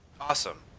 Awesome